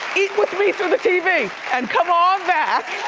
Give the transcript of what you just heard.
eat with me through the tv and come on back.